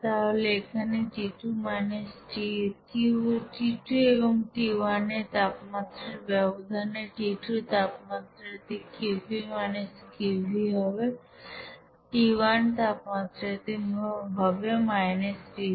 তাহলে এখানে t2 এবং t1 তাপমাত্রার ব্যবধানে t2 তাপমাত্রা তে Qp - Qv হবে t1 তাপমাত্রা তে হবে - pV